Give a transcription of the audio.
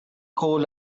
cold